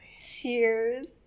cheers